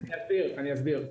אני אסביר.